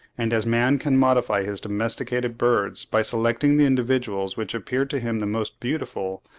and as man can modify his domesticated birds by selecting the individuals which appear to him the most beautiful,